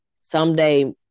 someday